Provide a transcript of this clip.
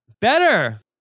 Better